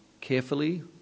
carefully